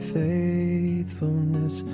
faithfulness